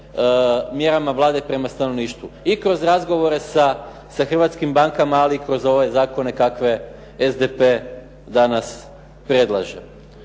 mjerama Vlade prema stanovništvu. I kroz razgovore sa hrvatskim bankama, ali i kroz ove zakone kakve SDP danas predlaže.